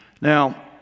Now